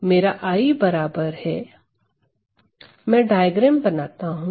तो मेरा I बराबर है मैं डायग्राम बनाता हूं